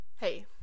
Hey